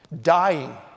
dying